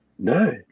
No